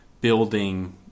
building